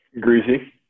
Greasy